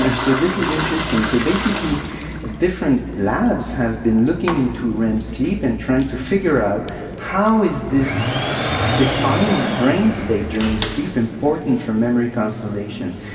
and so this is interesting. so basically different labs have been looking into rem sleep and trying to figure out how is this defined brain state during sleep important for memory consolidation?